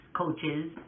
coaches